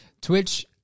Twitch